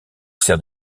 sert